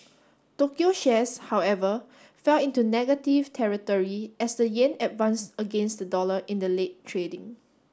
Tokyo shares however fell into negative territory as the yen advanced against the dollar in the late trading